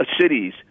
cities